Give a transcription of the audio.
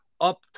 Up